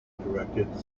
directed